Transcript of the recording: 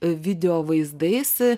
video vaizdais